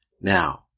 Now